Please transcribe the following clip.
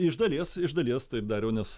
iš dalies iš dalies taip dariau nes